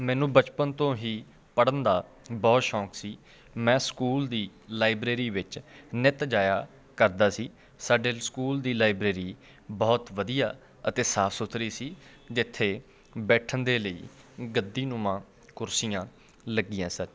ਮੈਨੂੰ ਬਚਪਨ ਤੋਂ ਹੀ ਪੜ੍ਹਨ ਦਾ ਬਹੁਤ ਸ਼ੌਕ ਸੀ ਮੈਂ ਸਕੂਲ ਦੀ ਲਾਇਬ੍ਰੇਰੀ ਵਿੱਚ ਨਿੱਤ ਜਾਇਆ ਕਰਦਾ ਸੀ ਸਾਡੇ ਸਕੂਲ ਦੀ ਲਾਇਬ੍ਰੇਰੀ ਬਹੁਤ ਵਧੀਆ ਅਤੇ ਸਾਫ਼ ਸੁਥਰੀ ਸੀ ਜਿੱਥੇ ਬੈਠਣ ਦੇ ਲਈ ਗੱਦੀਨੁਮਾ ਕੁਰਸੀਆਂ ਲੱਗੀਆਂ ਸਨ